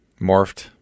Morphed